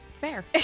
Fair